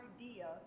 idea